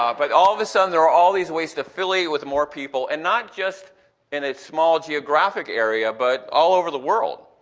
but all of a sudden there are all these ways to affiliate with more people, and not just in a small geographic area, but all over the world.